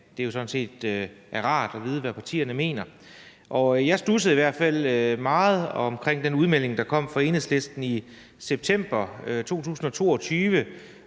set er rart at vide, hvad partierne mener, og jeg studsede i hvert fald meget over den udmelding, der kom fra Enhedslisten i september 2022,